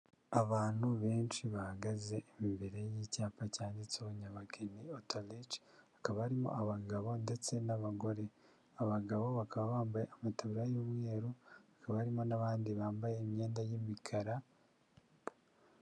Abantu benshi bahagaze imbere y'icyapa cyanditseho Nyabageni awutirici hakaba harimo abagabo ndetse n'abagore, abagabo bakaba bambaye amataburiya y'umweru, hakaba harimo n'abandi bambaye imyenda y'imikara.